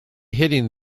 hitting